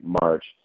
March